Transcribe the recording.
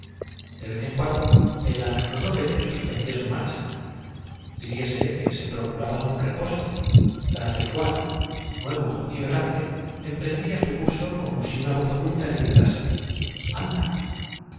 de vez en cuando el anacronópete suspendía su marcha diríase que se drados de zona de movimiento fuera del alcance del procuraba algún reposo tras del cual nuevo judío mecanismo errante emprendía su curso como si una voz oculta le gritase anda